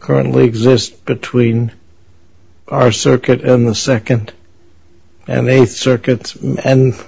currently exist between our circuit and the second and they circuits and